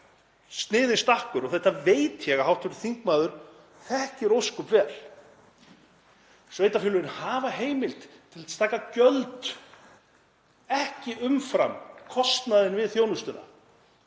sniðinn stakkur og þetta veit ég að hv. þingmaður þekkir ósköp vel. Sveitarfélögin hafa heimild til að taka gjöld, ekki umfram kostnaðinn við þjónustuna,